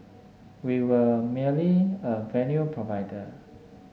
we were merely a venue provider